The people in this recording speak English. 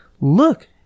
look